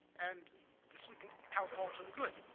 and this we can count all to the good.